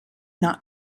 not